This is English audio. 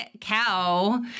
cow